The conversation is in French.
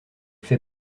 fait